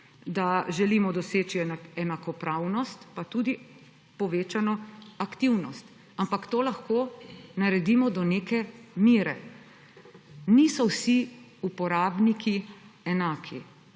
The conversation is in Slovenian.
da želimo doseči enakopravnost pa tudi povečano aktivnost. Ampak to lahko naredimo do neke mere. Niso vsi uporabniki enaki,